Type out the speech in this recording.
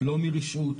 לא מרשעות.